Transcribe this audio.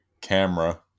camera